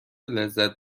لذت